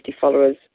followers